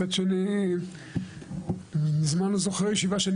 מצד שני אני ממזמן לא זוכר ישיבה שאני